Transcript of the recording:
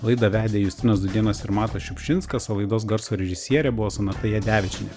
laidą vedė justinas dudėnas ir matas šiupšinskas o laidos garso režisierė buvo sonata jadevičienė